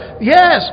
yes